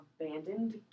Abandoned